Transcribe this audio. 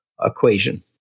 equation